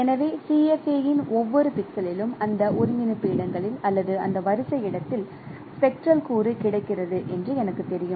எனவே CFA இன் ஒவ்வொரு பிக்சலிலும் அந்த ஒருங்கிணைப்பு இடங்களில் அல்லது அந்த வரிசை இடத்தில் ஸ்பெக்ட்ரல் கூறு கிடைக்கிறது என்று எனக்குத் தெரியும்